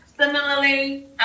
Similarly